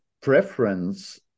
preference